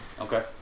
Okay